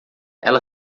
ela